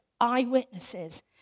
eyewitnesses